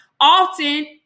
often